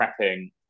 prepping